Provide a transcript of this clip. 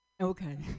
Okay